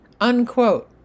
unquote